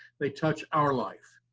they touch our life.